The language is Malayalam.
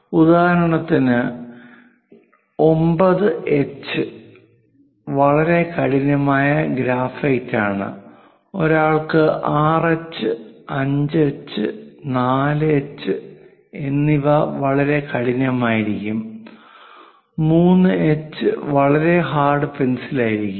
ഉദാഹരണത്തിന് 9 എച്ച് വളരെ കഠിനമായ ഗ്രാഫൈറ്റ് ആണ് ഒരാൾക്ക് 6 H 5 H 4 H 6H 5H 4H എന്നിവ വളരെ കഠിനമായിരിക്കും 3 എച്ച് വളരെ ഹാർഡ് പെൻസിലായിരിക്കും